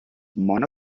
mono